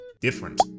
different